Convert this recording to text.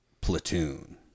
platoon